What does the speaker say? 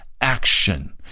action